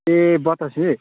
ए बतासे